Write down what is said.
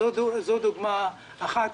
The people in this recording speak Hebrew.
זו דוגמה אחת.